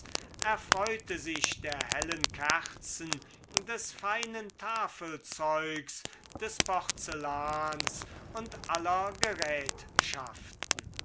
erfreute sich der hellen kerzen des feinen tafelzeugs des porzellans und aller